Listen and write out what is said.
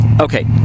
Okay